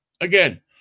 again